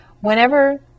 whenever